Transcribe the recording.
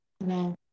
No